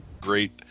great